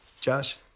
Josh